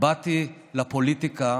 באתי לפוליטיקה